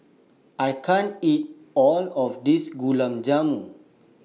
I can't eat All of This Gulab Jamun